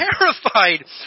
terrified